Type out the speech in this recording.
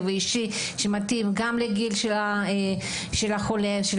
ואישי שמתאים גם לגיל של החולה וגם